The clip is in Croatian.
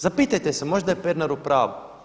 Zapitajte se, možda je Pernar u pravu.